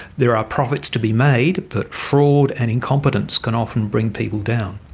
there are profits to be made, but fraud and incompetence can often bring people down.